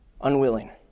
unwilling